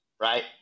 Right